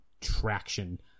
traction